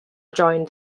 joined